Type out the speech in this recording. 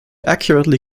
accurately